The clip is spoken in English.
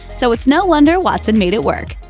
so it's no wonder watson made it work.